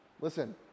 listen